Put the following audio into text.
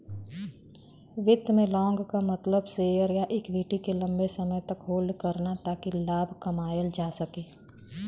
वित्त में लॉन्ग क मतलब शेयर या इक्विटी के लम्बे समय तक होल्ड करना ताकि लाभ कमायल जा सके